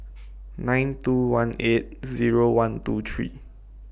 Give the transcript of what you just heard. nine two one eight Zero one two three